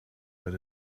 but